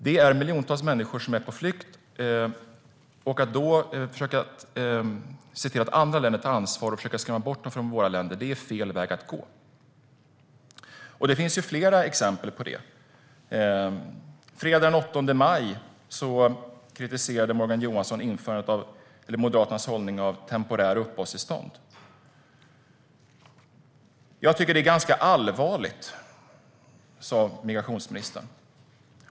Det är miljontals människor som är på flykt och att då försöka se till att andra länder tar ansvar och försöka skrämma bort dem från våra länder är fel väg att gå. Det finns fler exempel på detta. Fredagen den 8 maj kritiserade Morgan Johansson Moderaternas hållning till temporära uppehållstillstånd. Jag tycker att det är ganska allvarligt, sa migrationsministern.